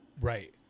Right